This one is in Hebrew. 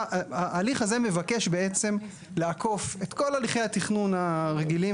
ההליך הזה מבקש בעצם לעקוף את כל הליכי התכנון הרגילים